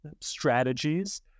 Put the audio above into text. strategies